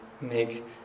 make